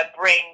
bring